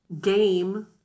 game